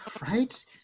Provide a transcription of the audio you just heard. Right